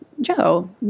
Joe